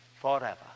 forever